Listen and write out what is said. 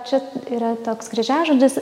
čia yra toks kryžiažodžis